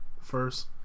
first